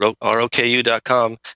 R-O-K-U.com